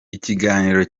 ikiganiro